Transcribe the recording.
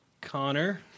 Connor